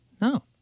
No